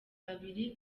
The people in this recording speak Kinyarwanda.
babiri